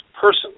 person